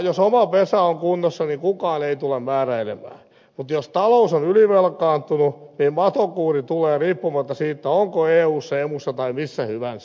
jos oma pesä on kunnossa niin kukaan ei tule määräilemään mutta jos talous on ylivelkaantunut niin matokuuri tulee riippumatta siitä onko eussa emussa tai missä hyvänsä